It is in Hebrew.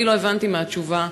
אני לא הבנתי מהתשובה,